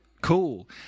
cool